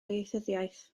ieithyddiaeth